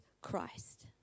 Christ